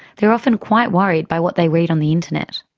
they're often quite worried by what they read on the internet.